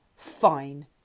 Fine